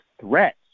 threats